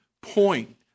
point